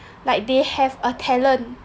like they have a talent